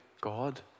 God